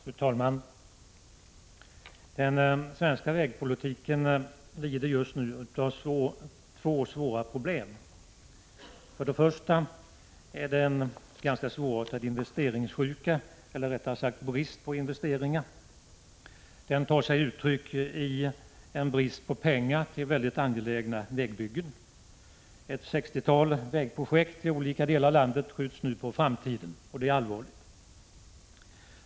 Fru talman! Den svenska vägpolitiken lider just nu av två svåra problem. För det första lider vägpolitiken av en svårartad investeringssjuka, eller rättare sagt brist på investeringar. Den tar sig uttryck i en brist på pengar till mycket angelägna vägbyggen. Ett sextiotal vägprojekt i olika delar av landet skjuts nu på framtiden och det är allvarligt.